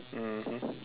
mmhmm